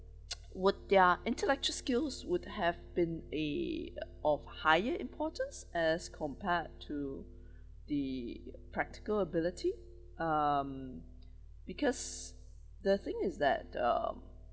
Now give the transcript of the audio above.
would their intellectual skills would have been a of higher importance as compared to the practical ability um because the thing is that um